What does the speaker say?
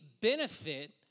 benefit